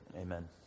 Amen